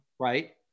right